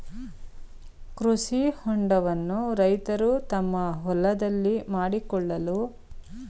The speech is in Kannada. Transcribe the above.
ಕೃಷಿ ಹೊಂಡವನ್ನು ರೈತರು ತಮ್ಮ ಹೊಲದಲ್ಲಿ ಮಾಡಿಕೊಳ್ಳಲು ಸರ್ಕಾರ ಸಹಾಯ ಮಾಡುತ್ತಿದೆಯೇ?